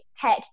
tech